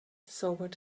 sobered